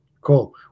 Cool